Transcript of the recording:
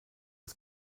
ist